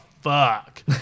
fuck